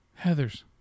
Heathers